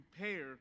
prepare